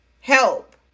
help